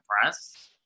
press